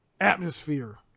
atmosphere